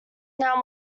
now